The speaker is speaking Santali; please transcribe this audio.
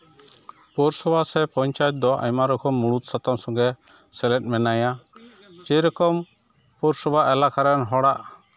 ᱯᱳᱣᱨᱚᱥᱚᱵᱷᱟ ᱥᱮ ᱯᱚᱧᱪᱟᱭᱮᱛ ᱫᱚ ᱟᱭᱢᱟ ᱨᱚᱠᱚᱢ ᱢᱩᱲᱩᱫ ᱥᱟᱛᱟᱢ ᱥᱚᱝᱜᱮ ᱥᱮᱞᱮᱫ ᱢᱮᱱᱟᱭᱟ ᱥᱮᱭ ᱨᱚᱠᱚᱢ ᱯᱳᱣᱨᱚᱥᱚᱵᱷᱟ ᱮᱞᱟᱠᱟ ᱨᱮᱱ ᱦᱚᱲᱟᱜ